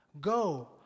Go